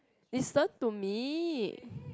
listen to me